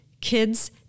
kids